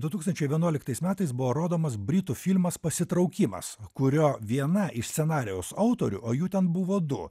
du tūkstančiai vienuoliktais metais buvo rodomas britų filmas pasitraukimas kurio viena iš scenarijaus autorių o jų ten buvo du